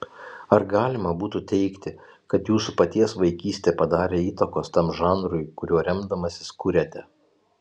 ar galima būtų teigti kad jūsų paties vaikystė padarė įtakos tam žanrui kuriuo remdamasis kuriate